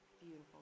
beautiful